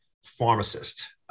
pharmacist